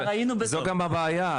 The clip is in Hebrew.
זו גם הבעיה,